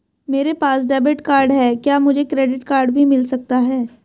मेरे पास debit card है क्या मुझे क्रेडिट कार्ड भी मिल सकता है?